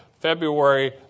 February